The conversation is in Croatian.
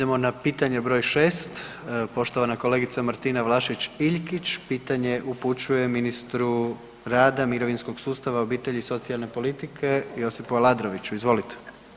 Idemo na pitanje br. 6., poštovana kolegica Martina Vlašić Iljkić pitanje upućuje ministru rada, mirovinskog sustava, obitelji i socijalne politike Josipu Aladroviću, izvolite.